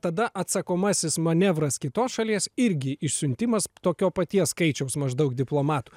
tada atsakomasis manevras kitos šalies irgi išsiuntimas tokio paties skaičiaus maždaug diplomatų